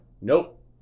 nope